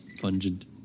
Pungent